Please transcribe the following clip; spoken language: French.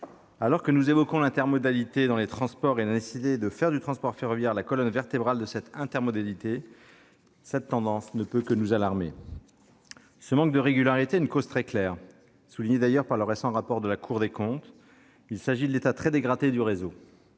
Alors que nous évoquons l'intermodalité dans les transports et la nécessité de faire du transport ferroviaire la colonne vertébrale de cette dernière, une telle tendance ne peut que nous alarmer. Ce manque de régularité a une cause très claire, soulignée d'ailleurs par le récent rapport de la Cour des comptes : il s'agit de l'état très dégradé du réseau.